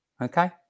Okay